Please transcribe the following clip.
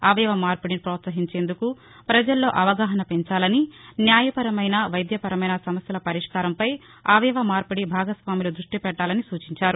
అవయవ మార్పిడిని ప్రోత్సహించేందుకు పజలలో అవగాహన పెంచాలని న్యాయపరమైన వైద్య పరమైన సమస్యల పరిష్కారంపై అవయవ మార్పిడి భాగస్వాములు దృష్టి పెట్టాలని సూచించారు